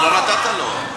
כי לא נתת לו.